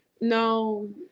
no